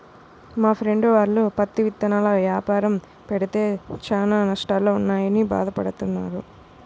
మా ఫ్రెండు వాళ్ళు పత్తి ఇత్తనాల యాపారం పెడితే చానా నష్టాల్లో ఉన్నామని భాధ పడతన్నారు